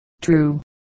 true